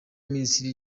minisitiri